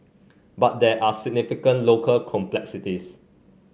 but there are significant local complexities